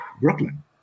Brooklyn